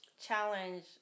Challenge